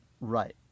Right